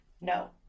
No